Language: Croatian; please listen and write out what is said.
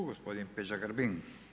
Gospodin Peđa Grbin.